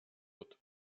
wird